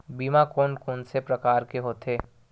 बीमा कोन कोन से प्रकार के होथे?